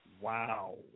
Wow